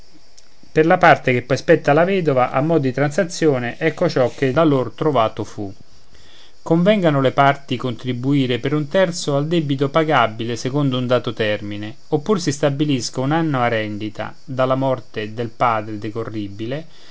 per la parte che poi spetta alla vedova a mo di transazione ecco ciò che da lor trovato fu convengano le parti contribuire per un terzo al debito pagabile secondo un dato termine oppur si stabilisca un'annua rendita dalla morte del padre decorribile